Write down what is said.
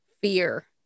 fear